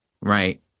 right